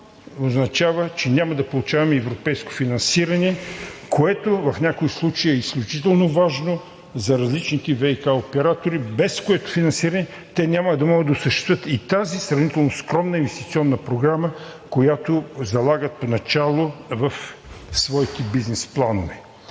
означава, че няма да получаваме европейско финансиране, което в някои случаи е изключително важно за различните ВиК оператори, без което финансиране те няма да могат да осъществят и тази сравнително скромна инвестиционна програма, която залагат поначало в своите бизнес планове.